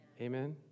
Amen